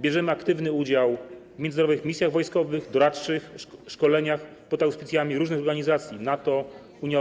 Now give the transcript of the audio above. Bierzemy aktywny udział w międzynarodowych misjach wojskowych i doradczych i szkoleniach pod auspicjami różnych organizacji - NATO, Unii